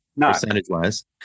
percentage-wise